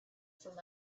from